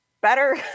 better